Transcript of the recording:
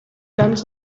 guns